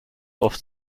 oft